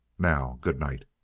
now, good night!